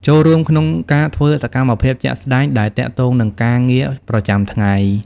ចូលរួមក្នុងការធ្វើសកម្មភាពជាក់ស្តែងដែលទាក់ទងនឹងការងារប្រចាំថ្ងៃ។